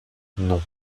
non